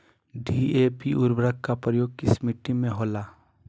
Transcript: DAP उर्वरक का प्रयोग किस मिट्टी में होला?